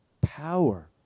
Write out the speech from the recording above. power